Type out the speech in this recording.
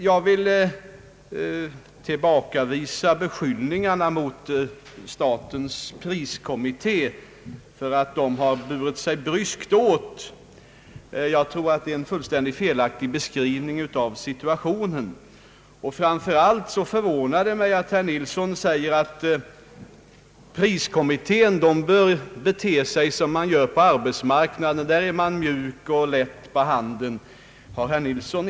Jag vill tillbakavisa beskyllningarna mot statens priskommitté för att den skulle ha burit sig bryskt åt. Jag tror att det är en fullständigt felaktig beskrivning av situationen. Framför allt förvånar det mig att herr Nilsson säger att priskommittén bör bete sig som arbetsmarknadens parter. På arbetsmarknaden är man mjuk och lätt på handen, säger herr Nilsson.